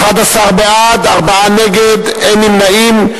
בעד, 11, נגד, 4, אין נמנעים.